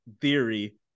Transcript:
theory